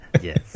yes